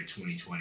2020